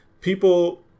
people